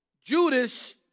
Judas